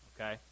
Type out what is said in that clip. okay